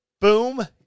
Boom